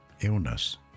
illness